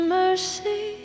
mercy